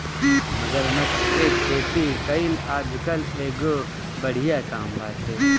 मगरमच्छ के खेती कईल आजकल एगो बढ़िया काम बाटे